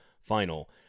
final